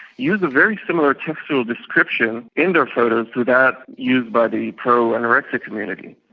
use a very similar textual description in their photos to that used by the pro-anorexia community.